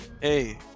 Hey